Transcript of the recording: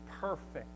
perfect